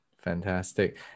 Fantastic